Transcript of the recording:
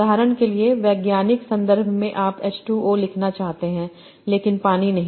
उदाहरण के लिए वैज्ञानिक संदर्भ में आप H2O लिखना चाहते हैं लेकिन पानी नहीं